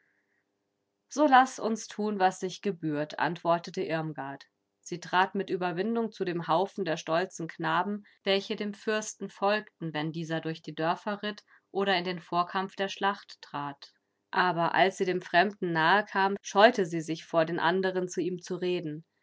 so laß uns tun was sich gebührt antwortete irmgard sie trat mit überwindung zu dem haufen der stolzen knaben welche dem fürsten folgten wenn dieser durch die dörfer ritt oder in den vorkampf der schlacht trat aber als sie dem fremden nahe kam scheute sie sich vor den anderen zu ihm zu reden